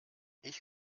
ich